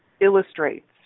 illustrates